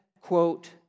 quote